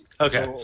Okay